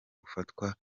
ufatwa